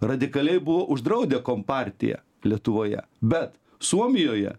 radikaliai buvo uždraudę kompartiją lietuvoje bet suomijoje